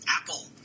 Apple